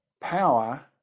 power